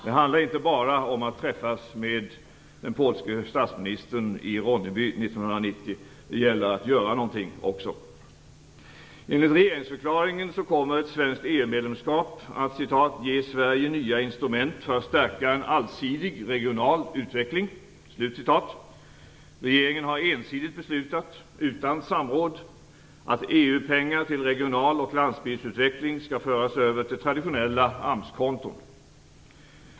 Det räcker inte att man träffade den polske statsministern i Ronneby 1990. Det gäller också att göra någonting. EU-medlemskap att "ge Sverige nya instrument för att stärka en allsidig regional utveckling". Regeringen har ensidigt, utan samråd, beslutat att EU-pengar till regional och landsbygdsutvecklingen skall föras över till traditionella AMS-konton.